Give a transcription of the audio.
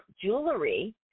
jewelry